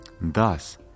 Thus